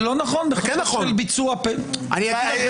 זה לא נכון, בחשש של ביצוע --- זה כן נכון.